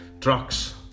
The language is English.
trucks